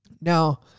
Now